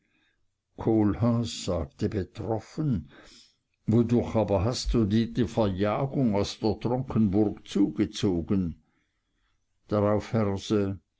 kohlhaas sagte betroffen wodurch aber hast du dir die verjagung aus der tronkenburg zugezogen drauf herse